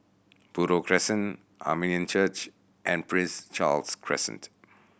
Buroh Crescent Armenian Church and Prince Charles Crescent